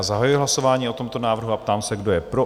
Zahajuji hlasování o tomto návrhu a ptám se, kdo je pro?